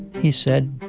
he said,